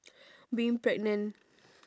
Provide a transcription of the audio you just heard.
being pregnant